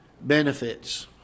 benefits